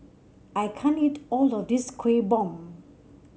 I can't eat all this Kueh Bom